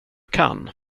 kan